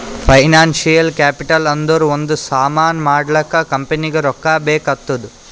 financial capital ಅಂದುರ್ ಒಂದ್ ಸಾಮಾನ್ ಮಾಡ್ಲಾಕ ಕಂಪನಿಗ್ ರೊಕ್ಕಾ ಬೇಕ್ ಆತ್ತುದ್